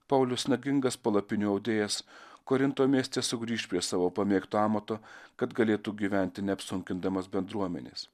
paulius nagingas palapinių audėjas korinto mieste sugrįš prie savo pamėgto amato kad galėtų gyventi neapsunkindamas bendruomenės